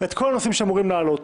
את כל הנושאים שאמורים להעלות.